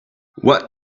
what